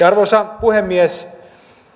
arvoisa puhemies